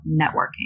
networking